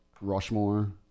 Rushmore